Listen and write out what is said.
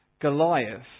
Goliath